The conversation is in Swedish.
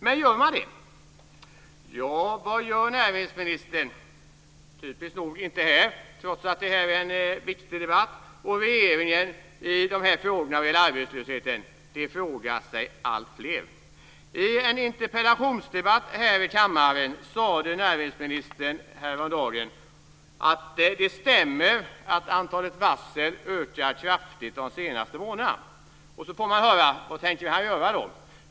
Men gör man det? Vad gör näringsministern - typiskt nog inte här, trots att det här är en viktig debatt - och regeringen i frågorna om arbetslöshet? Det frågar sig alltfler. I en interpellationsdebatt här i kammaren sade näringsministern häromdagen att "det stämmer att antalet varsel ökat kraftigt de senaste månaderna". Sedan får man höra vad han tänker göra.